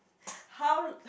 how